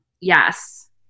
Yes